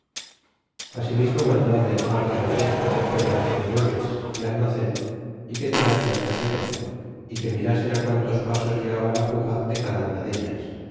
asimismo mandó aderezr las ballestas y cuerdas y nueces y alrnacen e que tirasen terrero é que mirasen á quantos pasos llegaba la fuga de cada una dellas